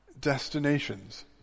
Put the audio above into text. destinations